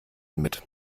mit